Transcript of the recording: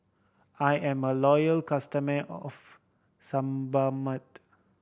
I am a loyal customer of Sebamed